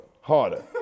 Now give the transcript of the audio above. harder